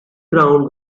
ground